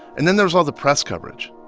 and then there's all the press coverage.